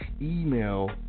email